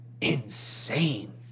insane